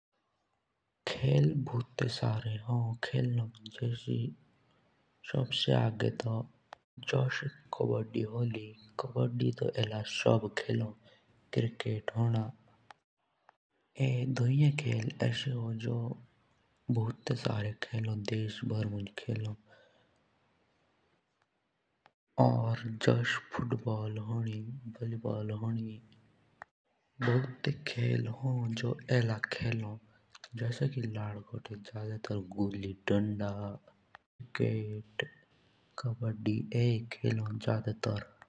खेल भुटे सारे होन खेलणोक जुस कबड्डी होनो। क्रिकेट होनो ये असेखे होन जो सबसे जादा खेले जाने वाले खेल ह। और भुटे सारे खेल भी होन जुस फुटबॉल होनो बैन बिन्तान होनो। और जदर ते लड़कोटे गुड़ि डंडा होनो और भुट सरा खेल खेले जाते ह।